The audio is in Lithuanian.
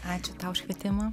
ačiū tau už kvietimą